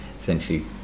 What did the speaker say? essentially